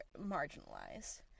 marginalized